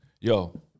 Yo